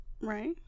Right